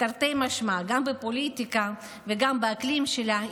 תרתי משמע, גם בפוליטיקה וגם באקלים שלה.